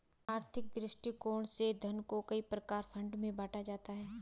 आर्थिक दृष्टिकोण से धन को कई प्रकार के फंड में बांटा जा सकता है